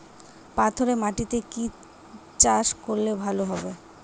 পাথরে মাটিতে কি চাষ করলে ভালো হবে?